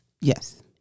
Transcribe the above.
yes